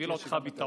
והובילה אותך בטעות.